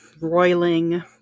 roiling